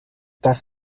das